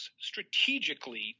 strategically